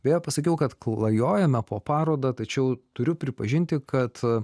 beje pasakiau kad klajojame po parodą tačiau turiu pripažinti kad